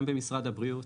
גם במשרד הבריאות,